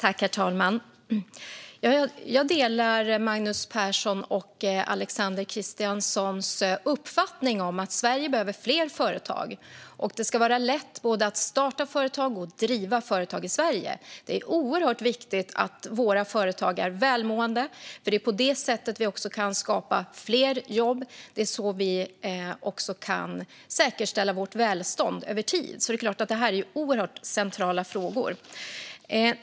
Herr talman! Jag delar Magnus Perssons och Alexander Christianssons uppfattning att Sverige behöver fler företag. Det ska vara lätt både att starta och driva företag i Sverige. Det är oerhört viktigt att våra företag är välmående, för det är på det sättet vi också kan skapa fler jobb. Det är så vi kan säkerställa vårt välstånd över tid, så det är klart att det här är oerhört centrala frågor.